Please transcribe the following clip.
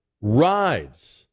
rides